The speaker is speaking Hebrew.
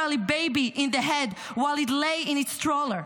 baby in the head while it lay in its stroller?